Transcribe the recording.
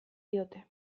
diote